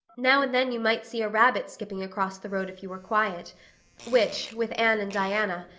now and then you might see a rabbit skipping across the road if you were quiet which, with anne and diana,